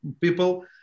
people